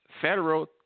federal